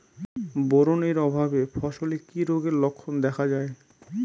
Boron এর অভাবে ফসলে কি রোগের লক্ষণ দেখা যায়?